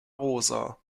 rosa